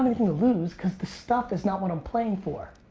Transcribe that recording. lose cause the stuff is not what i'm playing for.